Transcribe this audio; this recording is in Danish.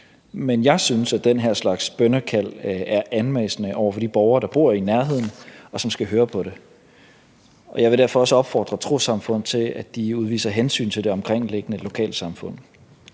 Men jeg synes, at den her slags bønnekald er anmassende over for de borgere, der bor i nærheden, og som skal høre på det, og jeg vil derfor også opfordre trossamfund til, at de udviser hensyn til det omkringliggende lokalsamfund.